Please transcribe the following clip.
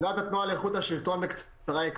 עמדת התנועה לאיכות השלטון היא כזאת: